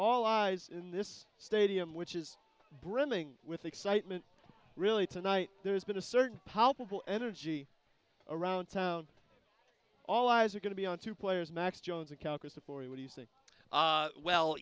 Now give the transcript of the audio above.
all eyes in this stadium which is brimming with excitement really tonight there's been a certain pop energy around town all eyes are going to be on two players max jones